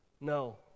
No